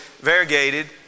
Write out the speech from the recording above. variegated